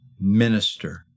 minister